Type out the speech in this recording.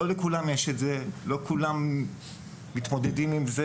לא לכולם יש את זה ולא כולם מתמודדים עם זה